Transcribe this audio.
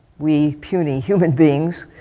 we puny human beings,